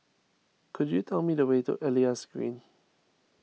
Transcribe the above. could you tell me the way to Elias Green